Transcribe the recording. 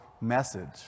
message